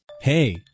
Hey